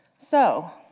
so,